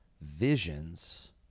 visions